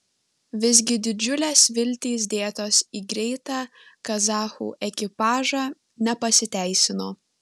visgi didžiulės viltys dėtos į greitą kazachų ekipažą nepasiteisino